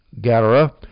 Gadara